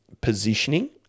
positioning